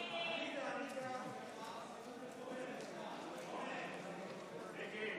ההצעה להעביר לוועדה את הצעת חוק חובת המכרזים (תיקון,